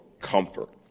comfort